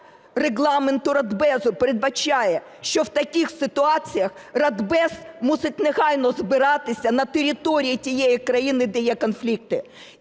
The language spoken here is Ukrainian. Регламенту Радбезу передбачає, що в таких ситуаціях Радбез мусить негайно збиратися на території тієї країни, де є конфлікти.